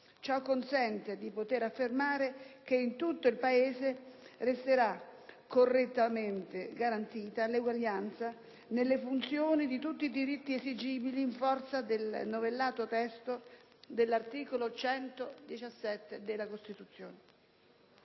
Ciò consente di poter affermare che in tutto il Paese resterà correttamente garantita l'eguaglianza nella fruizione di tutti i diritti esigibili in forza del novellato testo dell'articolo 117 della Costituzione.